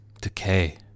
decay